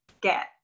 get